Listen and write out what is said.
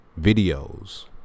videos